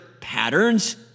patterns